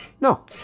No